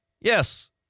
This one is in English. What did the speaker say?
Yes